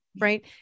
Right